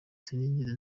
sinigeze